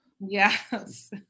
Yes